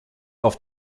auf